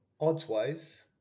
odds-wise